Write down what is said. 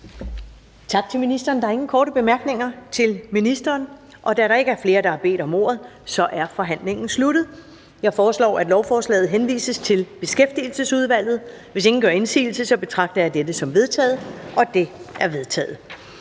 Tak til ministeren. Der er ingen korte bemærkninger til ministeren. Da der ikke er flere, der har bedt om ordet, er forhandlingen sluttet. Jeg foreslår, at lovforslaget henvises til Beskæftigelsesudvalget. Hvis ingen gør indsigelse, betragter jeg dette som vedtaget. Det er vedtaget.